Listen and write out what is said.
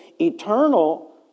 eternal